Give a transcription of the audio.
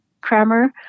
crammer